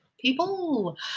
people